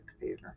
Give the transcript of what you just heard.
theater